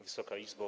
Wysoka Izbo!